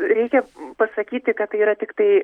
reikia pasakyti kad tai yra tiktai